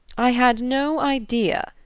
i had no idea,